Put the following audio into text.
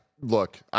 Look